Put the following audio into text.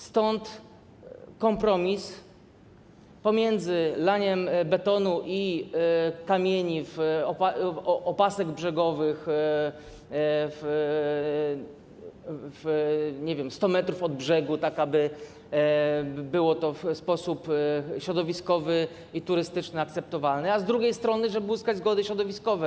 Stąd kompromis pomiędzy laniem betonu i kamieni, opasek brzegowych, nie wiem, 100 m od brzegu, tak aby było to w sposób środowiskowy i turystyczny akceptowalne, a z drugiej strony, żeby uzyskać zgody środowiskowe.